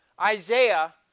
Isaiah